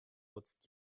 nutzt